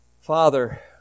Father